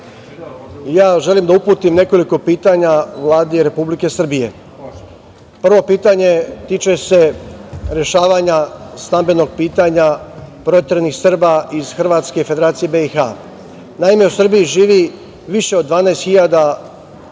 želim da uputim nekoliko pitanja Vladi Republike Srbije. Prvo pitanje tiče se rešavanja stambenog pitanja proteranih Srba iz Hrvatske i Federacije BiH. Naime, u Srbiji živi više od 12 hiljada